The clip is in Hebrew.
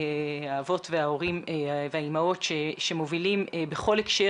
האבות ואימהות שמובילים בכל הקשר.